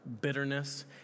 bitterness